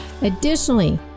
Additionally